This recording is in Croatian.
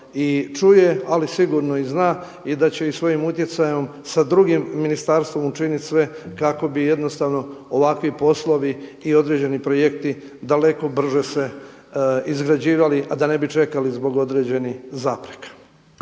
čuje, ali sigurno i zna i da će svojim utjecajem sa drugim ministarstvom učiniti sve kako bi jednostavno ovakvi poslovi i određeni projekti daleko brže se izgrađivali, a da ne bi čekali zbog određenih zapreka.